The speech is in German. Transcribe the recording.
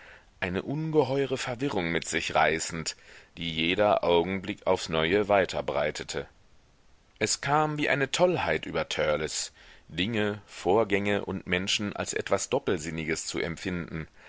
eine ungeheure verwirrung mit sich reißend die jeder augenblick aufs neue weiter breitete es kam wie eine tollheit über törleß dinge vorgänge und menschen als etwas doppelsinniges zu empfinden